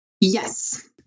Yes